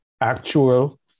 actual